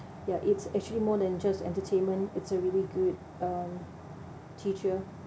ya it's actually more than just entertainment it's a really good um teacher